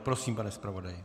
Prosím, pane zpravodaji.